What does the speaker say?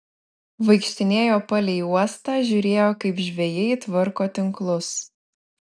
vaikštinėjo palei uostą žiūrėjo kaip žvejai tvarko tinklus